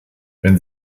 wenn